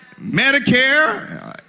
Medicare